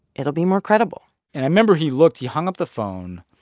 it'll be more credible and i remember he looked he hung up the phone.